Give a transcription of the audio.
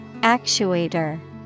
Actuator